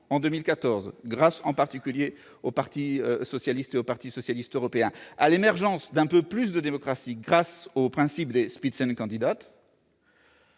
en 2014, grâce en particulier au parti socialiste et avec les autres partis socialistes européens, à l'émergence d'un peu plus de démocratie grâce au principe des, opère,